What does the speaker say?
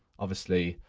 obviously,